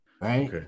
right